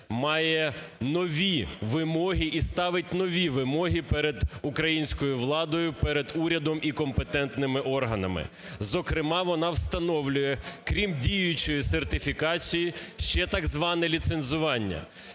має нові вимоги і ставить нові вимоги перед українською владою, перед урядом і компетентними органами. Зокрема, вона встановлює, крім діючої сертифікації, ще так зване ліцензування.